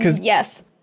Yes